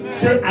say